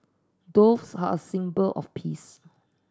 doves are a symbol of peace